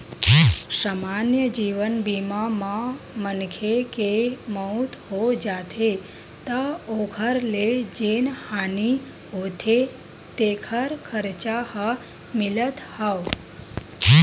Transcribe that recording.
समान्य जीवन बीमा म मनखे के मउत हो जाथे त ओखर ले जेन हानि होथे तेखर खरचा ह मिलथ हव